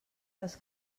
les